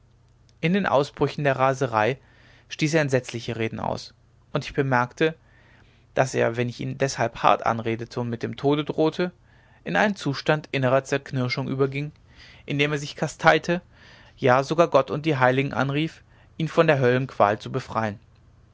in den ausbrüchen der raserei stieß er entsetzliche reden aus und ich bemerkte daß er wenn ich ihn deshalb hart anredete und mit dem tode drohte in einen zustand innerer zerknirschung überging indem er sich kasteite ja sogar gott und die heiligen anrief ihn von der höllenqual zu befreien